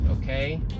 okay